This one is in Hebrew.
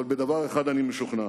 אבל בדבר אחד אני משוכנע: